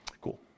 Cool